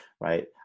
right